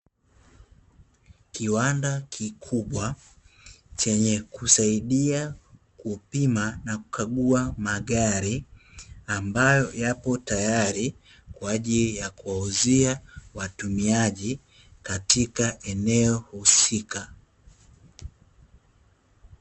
Kiwanda kikubwa chenye kusaidia kupima na kukagua magari, ambayo yapo tayari, kwa ajili ya kuwauzia watumiaji katika eneo husika.